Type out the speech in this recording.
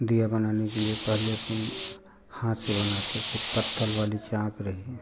दिया बनाने के लिए पहले अपुन हाथ से बनाते थे पत्थर वाली चाक रही